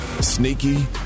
Sneaky